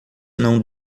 não